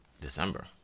December